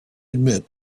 admit